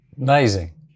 Amazing